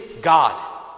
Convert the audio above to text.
God